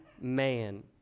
man